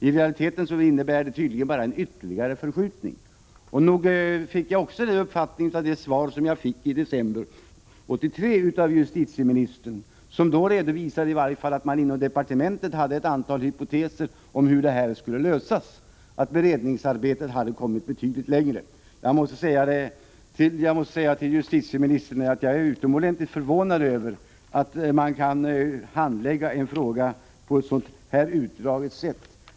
I realiteten innebar det tydligen bara en ytterligare förskjutning. Nog fick jag också uppfattningen av det svar som jag fick i december 1983 av justitieministern, som då redovisade att man i varje fall inom departementet hade ett antal hypoteser om hur det här skulle lösas, att beredningsarbetet hade kommit betydligt längre. Jag måste säga till justitieministern att jag är utomordentligt förvånad över att man kan handlägga en fråga på ett så utdraget sätt.